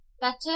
Better